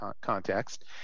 context